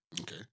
Okay